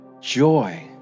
joy